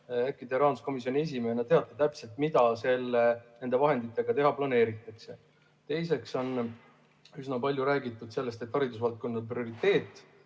Äkki te rahanduskomisjoni esimehena teate täpselt, mida nende vahenditega teha planeeritakse? Teiseks on üsna palju räägitud sellest, et haridusvaldkond on prioriteet